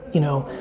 you know,